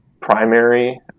primary